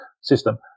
system